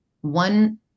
one